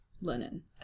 linen